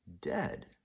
dead